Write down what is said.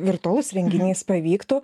virtualus renginys pavyktų